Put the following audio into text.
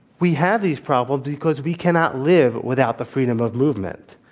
we have these problems because we cannot live without the freedom of movement.